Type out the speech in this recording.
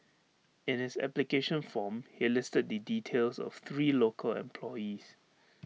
in his application form he listed the details of three local employees